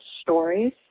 stories